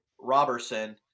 Roberson